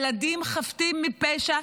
ילדים חפים מפשע,